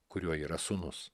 kuriuo yra sūnus